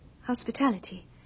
hospitality